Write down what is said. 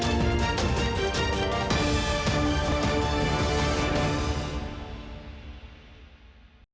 дякую.